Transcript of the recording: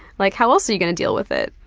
like how else are you gonna deal with it?